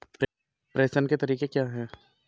प्रेषण के तरीके क्या हैं?